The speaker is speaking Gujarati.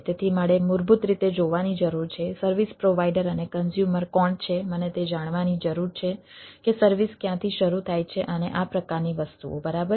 તેથી મારે મૂળભૂત રીતે જોવાની જરૂર છે સર્વિસ પ્રોવાઈડર અને કન્ઝ્યુમર કોણ છે મને તે જાણવાની જરૂર છે કે સર્વિસ ક્યાંથી શરૂ થાય છે અને આ પ્રકારની વસ્તુઓ બરાબર